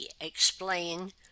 explain